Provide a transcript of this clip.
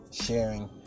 sharing